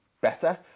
better